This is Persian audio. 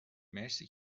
مرسی